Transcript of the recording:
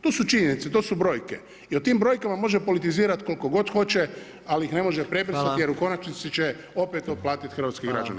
To su činjenice, to su brojke i o tim brojkama može politizirati koliko god hoće, ali ih ne može prebrisati, jer u konačnici će opet to platiti hrvatski građani.